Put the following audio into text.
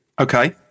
Okay